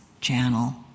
Channel